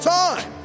time